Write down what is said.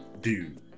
dude